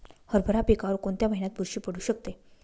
हरभरा पिकावर कोणत्या महिन्यात बुरशी पडू शकते?